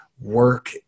work